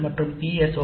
ஓக்கள் மற்றும் பி